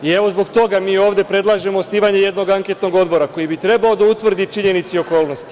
I, evo, zbog toga mi ovde predlažemo osnivanje jednog anketnog odbora koji bi trebao da utvrdi činjenice i okolnosti.